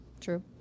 True